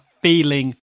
feeling